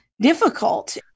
difficult